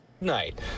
night